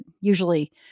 usually